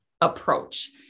approach